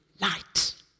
light